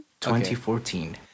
2014